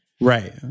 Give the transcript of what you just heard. Right